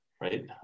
Right